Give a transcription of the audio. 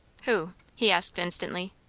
who? he asked instantly.